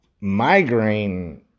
Migraine